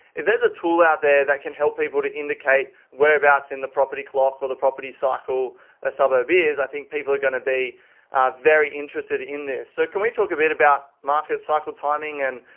if there's a tool out there that can help people to indicate whereabouts in the property clock or the property cycle a suburb is, i think people are going to be very interested in this. so can we talk a bit about market cycle timing and